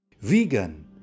Vegan